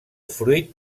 fruit